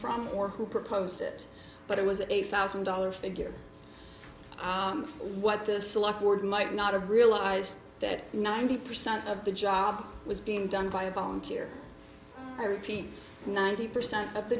from or who proposed it but it was eight thousand dollars figure what the select board might not have realized that ninety percent of the job was being done by a volunteer i repeat ninety percent of the